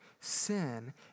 sin